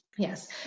Yes